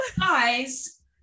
guys